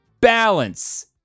balance